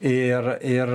ir ir